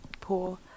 pool